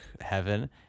heaven